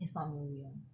is not a museum